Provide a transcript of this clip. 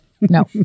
No